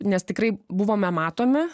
nes tikrai buvome matomi